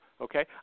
Okay